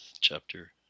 chapter